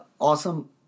awesome